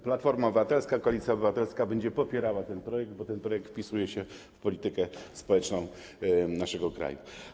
Platforma Obywatelska, Koalicja Obywatelska będzie popierała ten projekt, bo ten projekt wpisuje się w politykę społeczną naszego kraju.